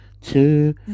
two